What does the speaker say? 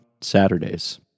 Saturdays